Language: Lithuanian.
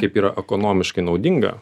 kaip yra ekonomiškai naudinga